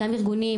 גם ארגונים,